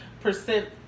percent